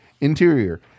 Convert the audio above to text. interior